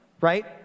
Right